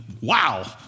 wow